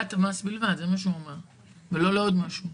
לגביית מס בלבד ולא לעוד משהו.